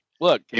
Look